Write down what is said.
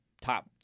top